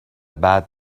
بعد